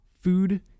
food